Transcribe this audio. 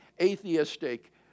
atheistic